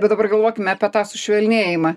bet dabar galvokim apie tą sušvelnėjimą